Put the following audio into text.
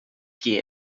qui